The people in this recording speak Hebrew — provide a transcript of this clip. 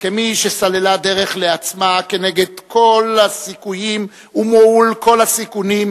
כמי שסללה דרך לעצמה כנגד כל הסיכויים ומול כל הסיכונים,